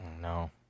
No